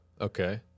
Okay